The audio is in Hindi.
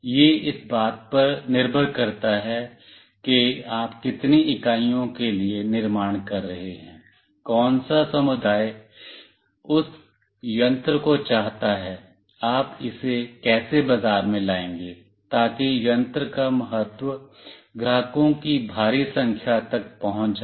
यह इस बात पर निर्भर करता है कि आप कितनी इकाइयों के लिए निर्माण कर रहे हैं कौन सा समुदाय उस यंत्र को चाहता है आप इसे कैसे बाजार में लाएंगे ताकि यंत्र का महत्व ग्राहकों की भारी संख्या तक पहुंच जाए